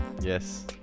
Yes